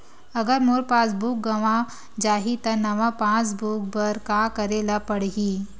अगर मोर passbook गवां जाहि त नवा पास बुक बर का करे ल पड़हि?